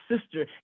sister